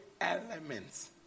elements